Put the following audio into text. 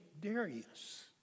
Darius